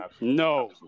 No